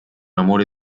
amore